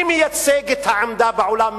אני מייצג את העמדה בעולם.